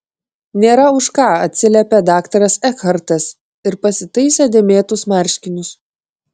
nėra už ką atsiliepė daktaras ekhartas ir pasitaisė dėmėtus marškinius